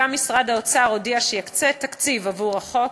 וגם משרד האוצר הודיע שיקצה תקציב עבור החוק.